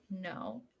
no